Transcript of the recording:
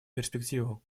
перспективу